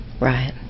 right